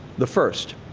the first.